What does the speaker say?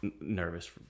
nervous